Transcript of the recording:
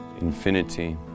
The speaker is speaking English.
infinity